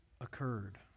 occurred